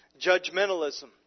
Judgmentalism